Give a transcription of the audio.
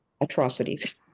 atrocities